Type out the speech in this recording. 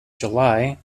july